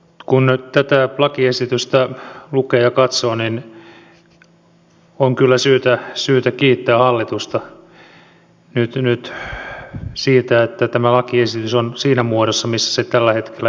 kun nyt tätä lakiesitystä lukee ja katsoo niin on kyllä syytä kiittää hallitusta nyt siitä että tämä lakiesitys on siinä muodossa missä se tällä hetkellä eduskunnalle on tuotu